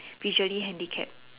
visually handicapped